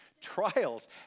trials